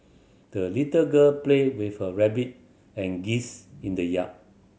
the little girl played with her rabbit and geese in the yard